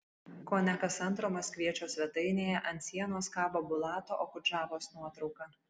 kone kas antro maskviečio svetainėje ant sienos kabo bulato okudžavos nuotrauka